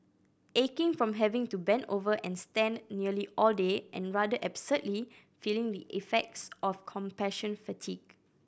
aching from having to bend over and stand nearly all day and rather absurdly feeling the effects of compassion fatigue